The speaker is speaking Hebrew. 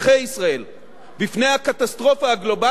בפני הקטסטרופה הגלובלית, במקום הראשון.